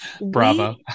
bravo